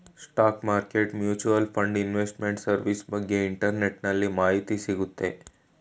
stock market mutual fund investment service ಬಗ್ಗೆ ಇಂಟರ್ನೆಟ್ಟಲ್ಲಿ ಮಾಹಿತಿ ಸಿಗುತ್ತೆ